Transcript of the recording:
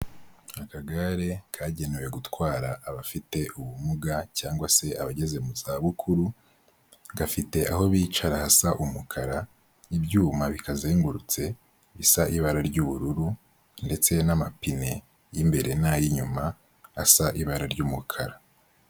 Akagare kagenewe gutwara abafite ubumuga cyangwa se abageze mu za bukuru gafite aho bicara hasa umukara'ibyuma bikazengurutse bisa ibara ry'ubururu ndetse n'amapine y'imbere n'ay'inyuma asa ibara ry'umukara.